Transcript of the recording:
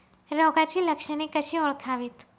रोगाची लक्षणे कशी ओळखावीत?